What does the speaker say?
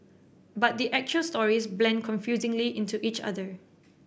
but the actual stories blend confusingly into each other